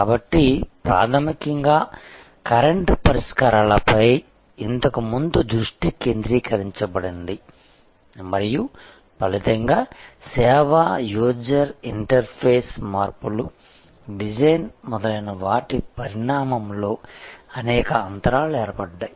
కాబట్టి ప్రాథమికంగా కరెంట్ పరిష్కారాలపై ఇంతకు ముందు దృష్టి కేంద్రీకరించబడింది మరియు ఫలితంగా సేవ యూజర్ ఇంటర్ఫేస్ మార్పులు డిజైన్ మొదలైన వాటి పరిణామంలో అనేక అంతరాలు ఏర్పడ్డాయి